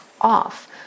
off